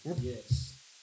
Yes